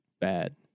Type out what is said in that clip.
bad